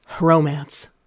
Romance